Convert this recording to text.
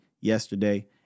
yesterday